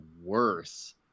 worse